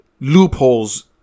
loopholes